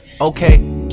okay